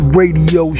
radio